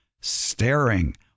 staring